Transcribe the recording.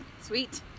Sweet